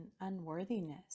unworthiness